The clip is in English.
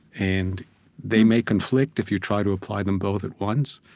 and they may conflict if you try to apply them both at once,